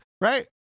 Right